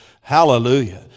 Hallelujah